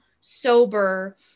sober